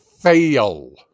fail